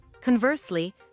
Conversely